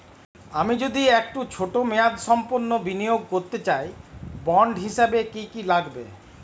আমি যদি একটু ছোট মেয়াদসম্পন্ন বিনিয়োগ করতে চাই বন্ড হিসেবে কী কী লাগবে?